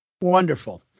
Wonderful